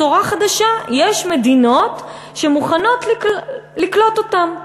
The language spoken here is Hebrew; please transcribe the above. שבעצם יש בשורה חדשה: יש מדינות שמוכנות לקלוט אותם,